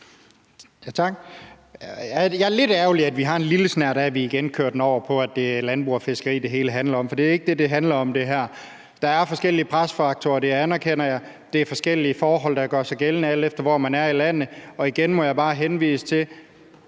Jeg er lidt ærgerlig over, at vi har en lille snert af, at vi igen kører den over på, at det er landbrug og fiskeri, det hele handler om, for det er ikke det, det her handler om. Der er forskellige presfaktorer, og det anerkender jeg. Det er forskellige forhold, der gør sig gældende, alt efter hvor man er i landet. Og igen må jeg bare henvise til,